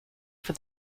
for